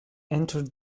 entered